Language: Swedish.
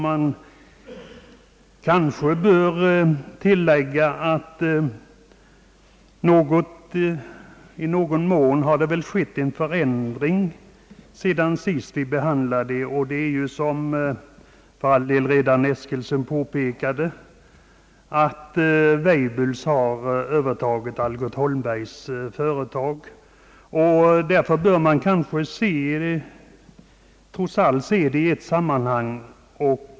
Man kanske dock bör tillägga att det ändå i någon mån skett en förändring sedan sist, och det är — som redan herr Eskilsson påpekat — att Weibulls har övertagit Algot Holmbergs företag, och därför bör man kanske se båda dessa företag i ett sammanhang.